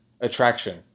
attraction